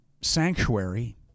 sanctuary